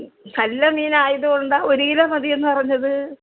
നല്ല മീൻ ആയതുകൊണ്ടാണ് ഒരു കിലോ മതി എന്ന് പറഞ്ഞത്